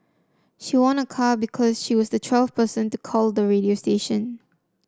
she won a car because she was the twelfth person to call the radio station